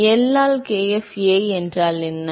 L ஆல் kf A என்றால் என்ன